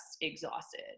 exhausted